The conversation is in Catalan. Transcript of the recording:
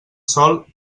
sol